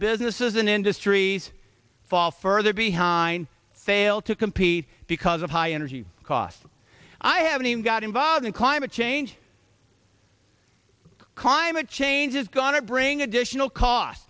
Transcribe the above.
businesses and industries fall further behind fail to compete because of high energy costs i haven't even got involved and climate change comma change is going to bring additional costs